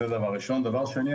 דבר שני,